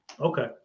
okay